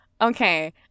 Okay